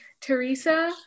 Teresa